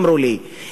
אמרו לי,